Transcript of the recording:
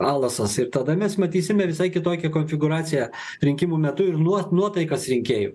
alasas ir tada mes matysime visai kitokią konfigūraciją rinkimų metu ir nuo nuotaikas rinkėjų